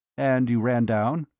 and you ran down?